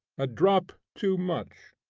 a drop too much.